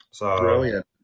Brilliant